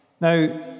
Now